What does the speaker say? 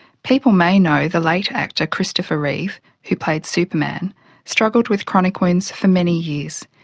people may know the late actor christopher reeve who played superman struggled with chronic wounds for many years.